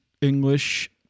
English